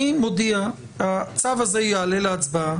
אני מודיע, הצו הזה יעלה להצבעה